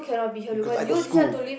because I got school